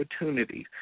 opportunities